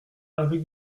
avec